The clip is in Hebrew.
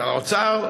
שר האוצר,